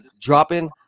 dropping